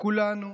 כולנו,